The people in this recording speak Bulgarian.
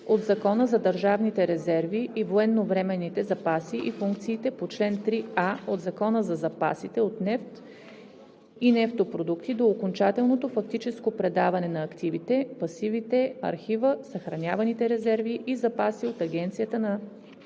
от Закона за държавните резерви и военновременните запаси и функциите по чл. 3а от Закона за запасите от нефт и нефтопродукти до окончателното фактическо предаване на активите, пасивите, архива, съхраняваните резерви и запаси от агенцията на Държавно